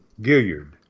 Gilliard